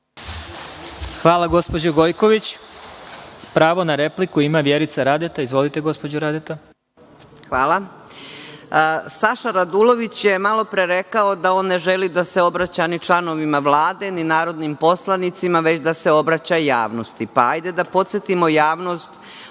Hvala gospođo Gojković. Pravo na repliku ima Vjerica Radeta. Izvolite gospođo Radeta. **Vjerica Radeta** Hvala. Saša Radulović je malopre rekao da on ne želi da se obraća ni članovima Vlade, ni narodnim poslanicima, već da se obraća javnosti. Hajde da podsetimo javnost